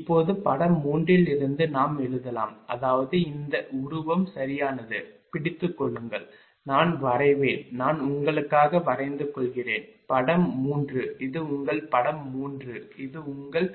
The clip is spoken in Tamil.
இப்போது படம் 3 இலிருந்து நாம் எழுதலாம் அதாவது இந்த உருவம் சரியானது பிடித்துக் கொள்ளுங்கள் நான் வரைவேன் நான் உங்களுக்காக வரைந்துகொள்கிறேன் படம் 3 இது உங்கள் படம் 3 இது உங்கள்